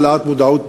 להעלאת מודעות,